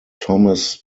thomas